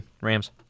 Rams